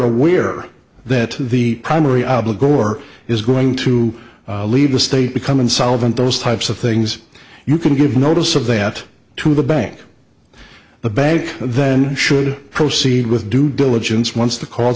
aware that the primary is going to leave the state become insolvent those types of things you can give notice of that to the bank the bank then should proceed with due diligence once the cause